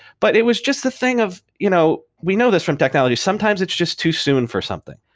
but it was just the thing of you know we know this from technology, sometimes it's just too soon for something.